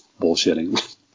bullshitting